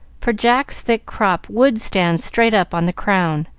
for jack's thick crop would stand straight up on the crown,